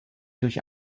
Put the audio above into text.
durch